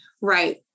Right